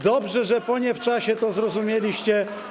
Dobrze, że poniewczasie to zrozumieliście.